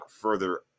further